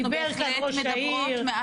דיבר כאן ראש העיר.